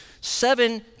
seven